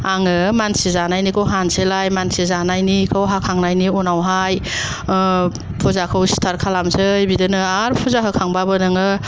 आङो मानसि जानायनिखौ हानोसै मानसि जानायनिखौ हाखांनायनि उनाव फुजाखौ स्टार्ट खालामनोसै बिदिनो आरो फुजा होखांबाबो नोङो